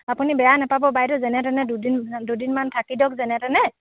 আপুনি বেয়া নোপাব বাইদেউ যেনে তেনে দুদিন দুদিনমান থাকি দিয়ক যেনে তেনে